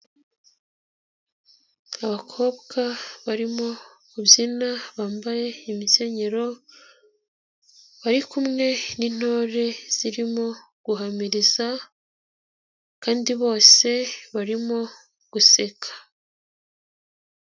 Abakobwa barimo kubyina bambaye imikenyero, bari kumwe n'intore zirimo guhamiriza kandi bose barimo guseka.